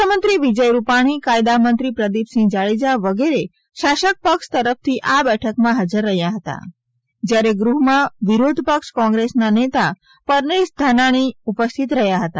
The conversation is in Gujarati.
મુખ્યમંત્રી વિજય રૂપાણી કાયદા મંત્રી પ્રદીપસિંહ જાડેજા વગેરે શાસક પક્ષ તરફથી આ બેઠક માં ફાજર રહ્યા હતા જ્યારે ગૃહ માં વિરોધપક્ષ કોંગ્રેસ ના નેતા પરેશ ધાનાની ઉપસ્થિત રહ્યા હતા